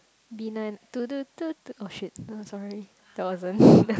B nine du du du du oh shit oh sorry that wasn't